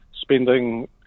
spending